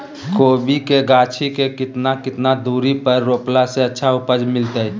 कोबी के गाछी के कितना कितना दूरी पर रोपला से अच्छा उपज मिलतैय?